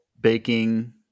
baking